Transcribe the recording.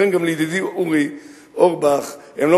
לכן גם לידידי אורי אורבך, הם לא